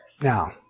now